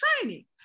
training